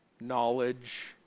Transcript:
knowledge